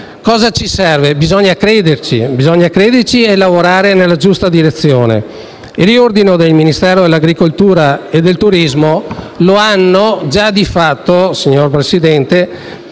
Cosa ci serve? Bisogna crederci e lavorare nella giusta direzione. Il riordino del Ministero dell'agricoltura e del turismo, di fatto, signor Presidente,